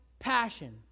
Passion